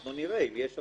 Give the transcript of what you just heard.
אנחנו נראה אם יש רוב.